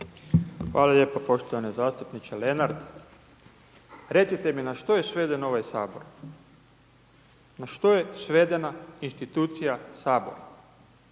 Hvala lijepo poštovani zastupniče Lenart. Recite mi na što je sveden ovaj Sabor, na što je svedena institucija Sabora.